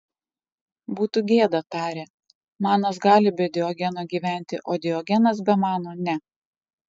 būtų gėda tarė manas gali be diogeno gyventi o diogenas be mano ne